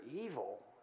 evil